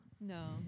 No